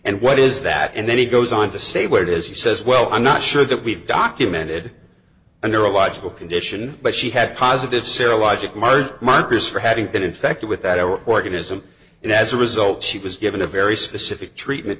and what is that and then he goes on to say where it is he says well i'm not sure that we've documented and there are a watchful condition but she had positive serologic marred markers for having been infected with that or organism and as a result she was given a very specific treatment